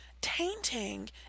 tainting